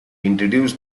introduced